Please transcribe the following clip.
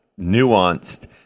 nuanced